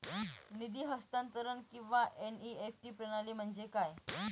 निधी हस्तांतरण किंवा एन.ई.एफ.टी प्रणाली म्हणजे काय?